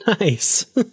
nice